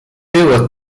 było